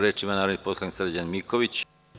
Reč ima narodni poslanik Srđan Miković.